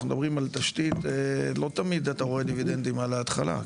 אנחנו מדברים על תשתית שלא תמיד רואים דיבידנדים על ההתחלה,